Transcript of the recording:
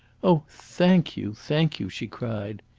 oh, thank you! thank you! she cried.